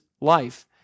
life